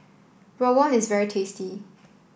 Rawon is very tasty